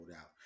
out